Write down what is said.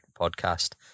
podcast